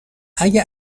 اگه